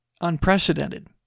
unprecedented